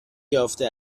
یافته